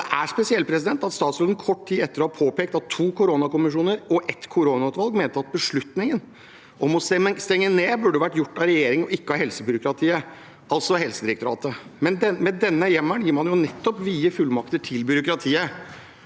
Det er spesielt at statsråden kort tid etter at det er påpekt at to koronakommisjoner og et koronautvalg mente at beslutningen om å stenge ned burde vært gjort av regjeringen, ikke av helsebyråkratiet, altså Helsedirektoratet. Med denne hjemmelen gir man nettopp vide fullmakter til byråkratiet.